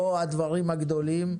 לא הדברים הגדולים,